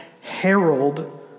herald